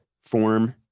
form